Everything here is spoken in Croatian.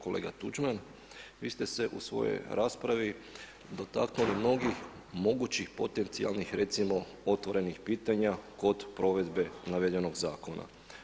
Kolega Tuđman, vi ste se u svojoj raspravi dotaknuli mnogih mogućih potencijalnih recimo otvorenih pitanja kod provedbe navedenog zakona.